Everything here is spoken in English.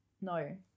no